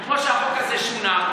כמו שהחוק הזה שונה,